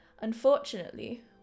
Unfortunately